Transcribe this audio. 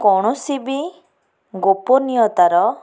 କୈାଣସି ବି ଗୋପନିୟତା ର